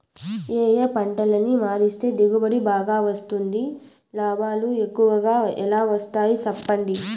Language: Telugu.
ఏ ఏ పంటలని మారిస్తే దిగుబడి బాగా వస్తుంది, లాభాలు ఎక్కువగా ఎలా వస్తాయి సెప్పండి